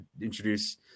introduce